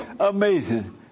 Amazing